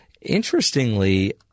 interestingly